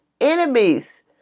Enemies